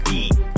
eat